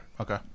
Okay